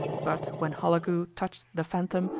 but when holagou touched the phantom,